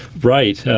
right,